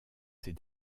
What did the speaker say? ses